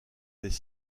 des